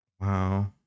Wow